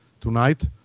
tonight